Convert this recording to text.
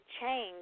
change